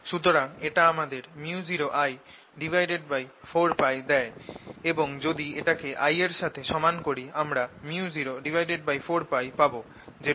সুতরাং এটা আমাদের µ0I4π দেয় এবং যদি এটাকে I এর সাথে সমান করি আমরা µ04π পাব যেটা সঠিক